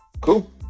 Cool